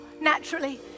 naturally